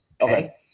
Okay